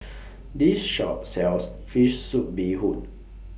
This Shop sells Fish Soup Bee Hoon